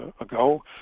ago